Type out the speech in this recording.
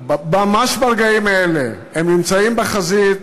ממש ברגעים האלה הם נמצאים בחזית